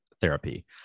therapy